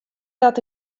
dat